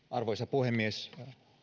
arvoisa puhemies minä